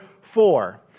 four